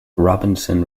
robinson